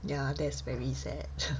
ya that's very sad